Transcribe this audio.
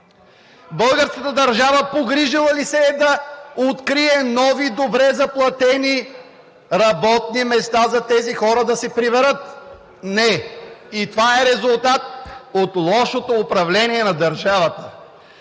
Българската държава погрижила ли се е да открие нови добре заплатени работни места, за да се приберат тези хора? Не! И това е резултат от лошото управление на държавата.